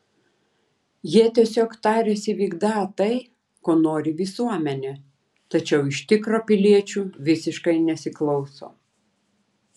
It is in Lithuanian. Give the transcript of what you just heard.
jie tiesiog tariasi vykdą tai ko nori visuomenė tačiau iš tikro piliečių visiškai nesiklauso